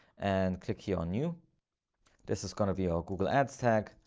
and click your new this is gonna be all google ads tag.